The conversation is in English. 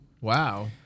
Wow